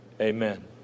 Amen